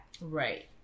Right